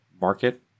market